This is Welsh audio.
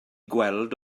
gweld